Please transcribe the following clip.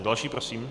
Další prosím.